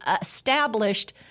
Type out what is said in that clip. established